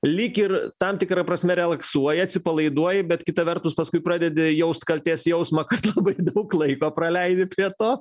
lyg ir tam tikra prasme relaksuoji atsipalaiduoji bet kita vertus paskui pradedi jaust kaltės jausmą kad labai daug laiko praleidi prie to